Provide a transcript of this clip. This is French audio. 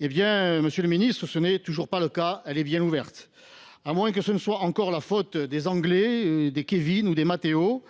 Eh bien, monsieur le ministre, ce n’est toujours pas le cas : elle est bien ouverte ! Peut être est ce encore la faute des Anglais, des Kévin ou des Matteo !